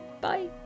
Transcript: Bye